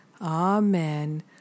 Amen